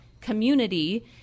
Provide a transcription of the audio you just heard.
community